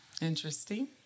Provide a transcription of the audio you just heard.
interesting